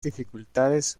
dificultades